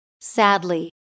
Sadly